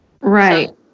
Right